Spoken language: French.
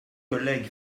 collègues